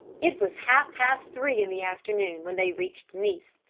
it was half-past three in the afternoon when they reached nice,